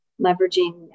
leveraging